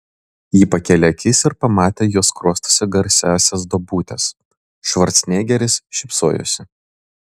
ji pakėlė akis ir pamatė jo skruostuose garsiąsias duobutes švarcnegeris šypsojosi